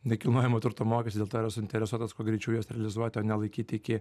nekilnojamojo turto mokestį dėl to yra suinteresuotas kuo greičiau juos realizuoti o nelaikyt iki